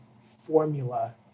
formula